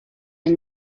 any